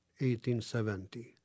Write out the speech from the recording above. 1870